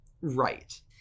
right